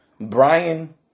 Brian